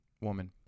woman